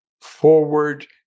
forward